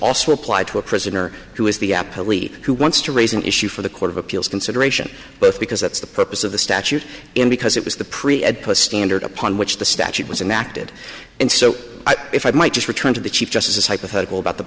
also apply to a prisoner who is the apple e who wants to raise an issue for the court of appeals consideration both because that's the purpose of the statute and because it was the pre and post standard upon which the statute was and acted and so if i might just return to the chief justice hypothetical about the